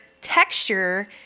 texture